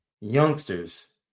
youngsters